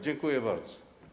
Dziękuję bardzo.